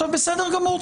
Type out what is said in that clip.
בסדר גמור,